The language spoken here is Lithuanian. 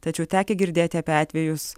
tačiau tekę girdėti apie atvejus